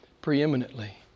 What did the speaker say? preeminently